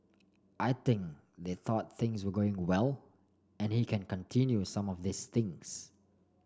I think they thought things were going well and he can continue some of these things